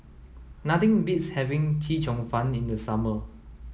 nothing beats having Chee Cheong fun in the summer